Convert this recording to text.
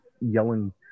yelling